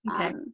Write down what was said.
Okay